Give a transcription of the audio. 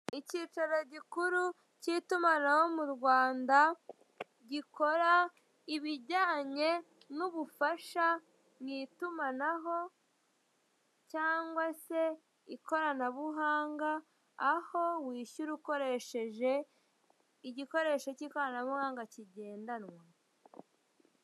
Icyicaro gikuru cy'itumanaho mu Rwanda gikora ibijyanye n'ubufasha mu itumanaho cyangwa se ikoranabuhanga, aho wishyura ukoresheje igikoresho cy'ikoranabuhanga kigendanwa.